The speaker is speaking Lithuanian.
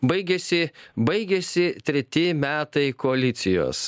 baigėsi baigėsi treti metai koalicijos